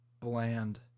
bland